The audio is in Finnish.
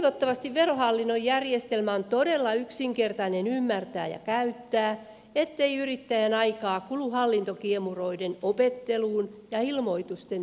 toivottavasti verohallinnon järjestelmä on todella yksinkertainen ymmärtää ja käyttää ettei yrittäjän aikaa kulu hallintokiemuroiden opetteluun ja ilmoitusten tekemiseen